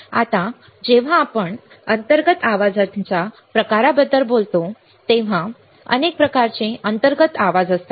आता जेव्हा आपण अंतर्गत आवाजाच्या प्रकारांबद्दल बोलतो तेव्हा अनेक प्रकारचे अंतर्गत आवाज असतात